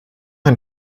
ein